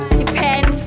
depend